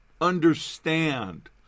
Understand